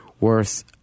worth